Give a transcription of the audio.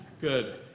good